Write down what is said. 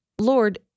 Lord